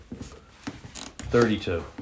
thirty-two